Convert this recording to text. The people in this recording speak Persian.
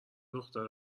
دختر